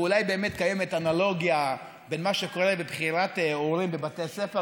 ואולי באמת קיימת אנלוגיה בין מה שקורה בבחירת הורה בבתי הספר,